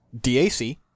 DAC